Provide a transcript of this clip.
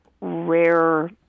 rare